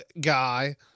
guy